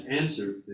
answer